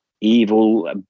evil